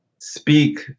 speak